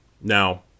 Now